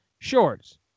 Shorts